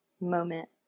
moment